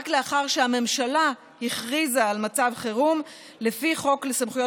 לאחר שהממשלה הכריזה על מצב חירום לפי חוק לסמכויות